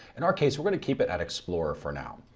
in our case we're going to keep it at explorer for now.